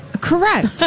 Correct